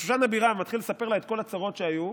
בשושן הבירה, מתחיל לספר לה את כל הצרות שהיו,